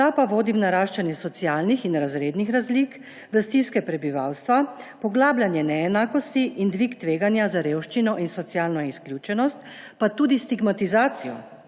ta pa vodi v naraščanje socialnih in razrednih razlik, v stiske prebivalstva, poglabljanje neenakosti in dvig tveganja za revščino in socialno izključenost, pa tudi stigmatizacijo.